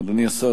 אדוני השר,